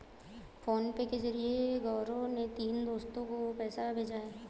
PhonePe के जरिए गौरव ने तीनों दोस्तो को पैसा भेजा है